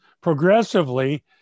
progressively